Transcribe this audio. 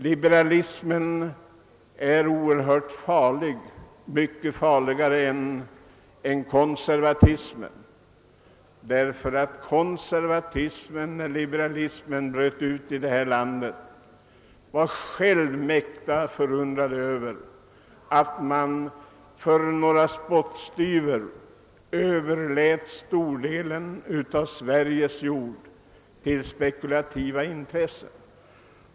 Liberalismen är oerhört farlig — mycket farligare än konservatismen — ty när liberalismen bröt ut i detta land, var konservatismen själv mycket förundrad över att man för en spottstyver överlät större delen av Sveriges jord till spekulativa intressen.